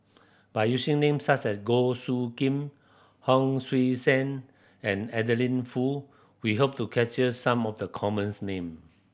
by using name such as Goh Soo Khim Hon Sui Sen and Adeline Foo we hope to capture some of the common's name